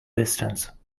distance